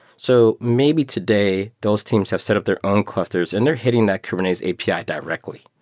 so maybe today those teams have set up their own clusters and they're hitting that kubernetes api yeah directly.